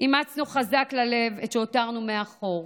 אימצנו חזק ללב את שהותרנו מאחור,